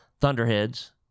Thunderheads